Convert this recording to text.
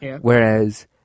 whereas